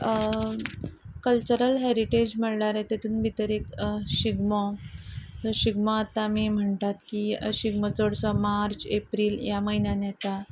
cultural heritage म्हणल्यार तातून भितर एक शिगमो शिगमो आतां आमी म्हणटात की शिगमो चडसो मार्च एप्रील ह्या म्हयन्यान येता